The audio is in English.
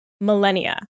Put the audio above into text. millennia